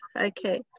Okay